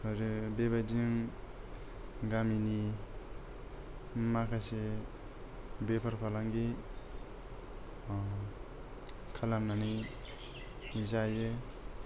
आरो बेबादि गामिनि माखासे बेफार फालांगि खालामनानै जायो